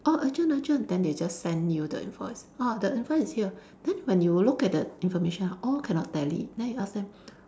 oh urgent urgent then they just send you the invoice oh the invoice is here then when you look at the information all cannot tally then you ask them